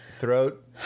throat